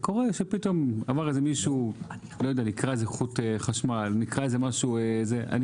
נקרע איזה חוט חשמל וכדומה,